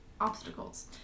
Obstacles